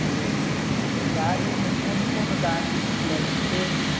अच्छा अच्छा गाड़ीमे कोन कोन गाड़ी उपलब्ध छै